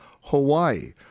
Hawaii